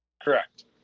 Correct